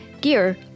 gear